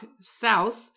south